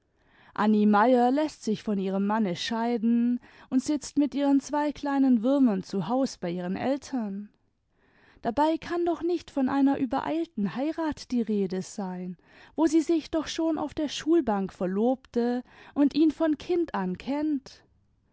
anni meier läßt sich von ihrem manne scheiden und sitzt mit ihren zwei kleinen würmern zu haus bei ihren eltern dabei kann doch nicht von einer übereilten heirat die rede sein wo sie sich doch schon auf der schulbank verlobte und ihn von kind an kennt